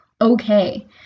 okay